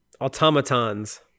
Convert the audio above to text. automatons